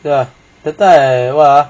okay lah that time I [what] ah